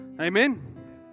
Amen